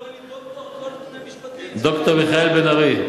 אתה קורא, רק שני משפטים, ד"ר מיכאל בן-ארי,